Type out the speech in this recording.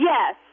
Yes